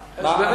כללי?